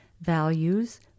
values